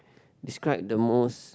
describe the most